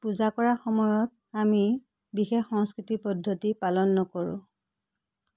পূজা কৰা সময়ত আমি বিশেষ সংস্কৃতি পদ্ধতি পালন নকৰোঁ